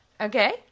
Okay